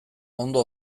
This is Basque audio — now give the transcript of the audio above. ondo